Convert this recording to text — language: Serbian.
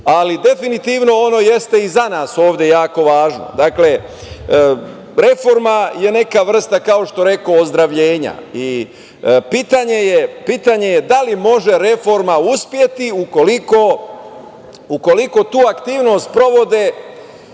ali definitivno ono jeste i za nas ovde jako važno. Dakle, reforma je neka vrsta, kao što rekoh, ozdravljenja i pitanje je da li može reforma uspeti ukoliko tu aktivnost sprovode